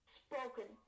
spoken